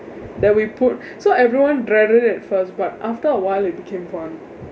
that we put so everyone dreaded it at first but after a while it became one